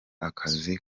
akazi